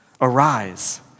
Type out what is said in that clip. arise